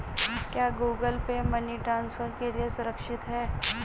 क्या Google Pay money transfer के लिए सुरक्षित है?